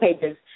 pages